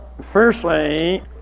firstly